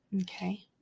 Okay